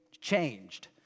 Changed